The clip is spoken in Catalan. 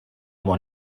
món